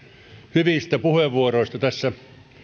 hyvistä puheenvuoroista tässä